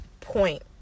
point